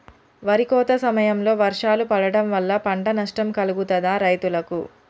వరి కోత సమయంలో వర్షాలు పడటం వల్ల పంట నష్టం కలుగుతదా రైతులకు?